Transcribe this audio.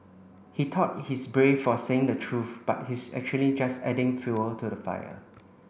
he thought he's brave for saying the truth but he's actually just adding fuel to the fire